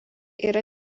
yra